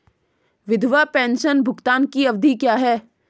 विधवा पेंशन भुगतान की अवधि क्या है?